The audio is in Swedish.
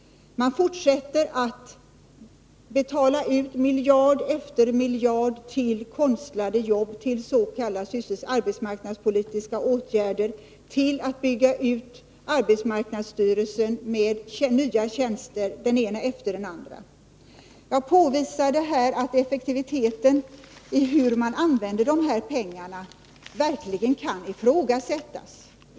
Man fortsätter att betala ut miljard efter miljard till konstlade arbeten, till s.k. arbetsmarknadspolitiska åtgärder, till att bygga ut arbetsmarknadsstyrelsen med nya tjänster, den ena efter den andra. Jag påvisade att effektiviteten när det gäller att använda pengarna verkligen kan ifrågasättas.